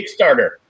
Kickstarter